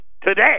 today